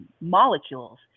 molecules